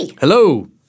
Hello